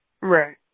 Right